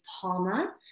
palma